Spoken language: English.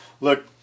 look